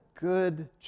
good